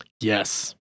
Yes